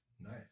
Nice